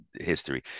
history